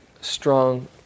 strong